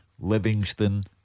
Livingston